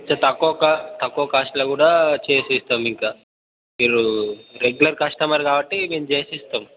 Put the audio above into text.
కొంచెం తక్కువ కాస్ట్ తక్కువ కాస్ట్లో కూడా చేసి చేస్తాం ఇంకా మీరు రెగ్యులర్ కస్టమర్ కాబట్టి మేము చేసి ఇస్తాం